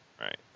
Right